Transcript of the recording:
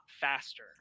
faster